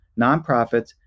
nonprofits